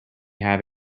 have